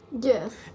Yes